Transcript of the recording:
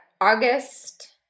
August